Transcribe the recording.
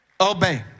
obey